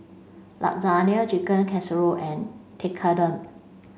Lasagna Chicken Casserole and Tekkadon